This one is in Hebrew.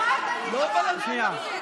מותר לה לעלות?